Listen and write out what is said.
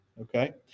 Okay